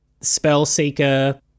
Spellseeker